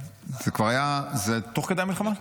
זה תוך כדי המלחמה?